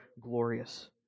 glorious